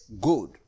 good